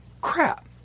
crap